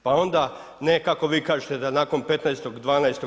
Pa onda, ne kako vi kažete, da nakon 15.12.